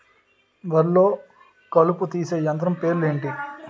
వరి లొ కలుపు తీసే యంత్రం పేరు ఎంటి?